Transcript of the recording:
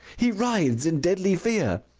he writhes in deadly fear.